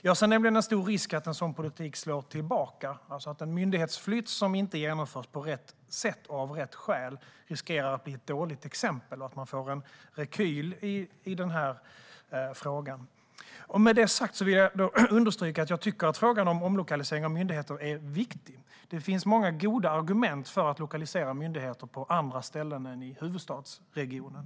Jag ser nämligen en stor risk för att en sådan politik slår tillbaka, alltså att en myndighetsflytt som inte genomförs på rätt sätt och av rätt skäl riskerar att bli ett dåligt exempel och att man får en rekyl i denna fråga. Med detta sagt vill jag understryka att jag tycker att frågan om omlokalisering av myndigheter är viktig. Det finns många goda argument för att lokalisera myndigheter på andra ställen än i huvudstadsregionen.